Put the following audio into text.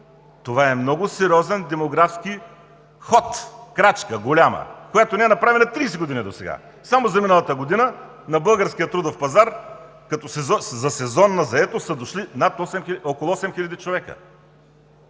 Това е много сериозен демографски ход, крачка голяма, която не е направена от 30 години досега. Само за миналата година на българския трудов пазар като за сезонна заетост са дошли около 8 хиляди